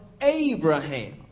Abraham